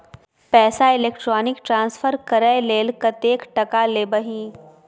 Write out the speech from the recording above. पैसा electronic transfer करय लेल कतेक टका लेबही